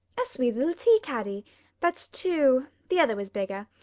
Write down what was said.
a sweet little tea caddy that's two the other was bigger.